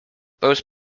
those